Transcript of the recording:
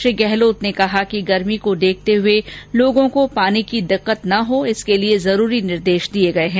उन्होंने कहा कि गर्मी को देखते हुए लोगों को पानी की दिक्कत न हो इसके लिए जरूरी निर्देश दिए गए हैं